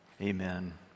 amen